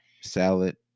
salad